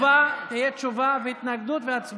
כשיש הצבעה לא נותנים התנגדות.